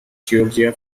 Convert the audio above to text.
georgia